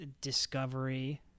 discovery